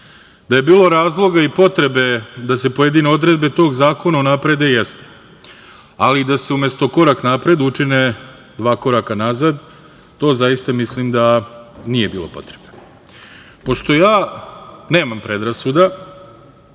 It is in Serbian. Da je bilo razloga i potrebe da se pojedine odredbe tog zakona unaprede – jeste, ali da se umesto koraka napred učine dva koraka nazad, to zaista mislim da nije bilo potrebe. Pošto ja nemam predrasuda,